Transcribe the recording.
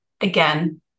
again